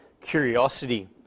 curiosity